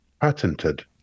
patented